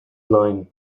line